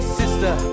sister